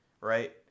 right